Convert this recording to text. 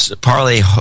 Parley